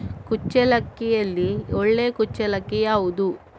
ಕುಚ್ಚಲಕ್ಕಿಯಲ್ಲಿ ಒಳ್ಳೆ ಕುಚ್ಚಲಕ್ಕಿ ಯಾವುದು?